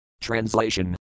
Translation